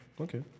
Okay